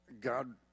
God